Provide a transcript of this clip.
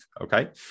okay